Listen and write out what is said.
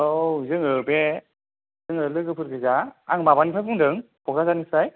औ औ जोङो बे जोङो लोगोफोर गोजा आं माबानिफ्राय बुंदों क'क्राझारनिफ्राय